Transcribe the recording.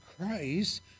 Christ